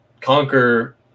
conquer